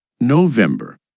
November